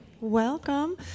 Welcome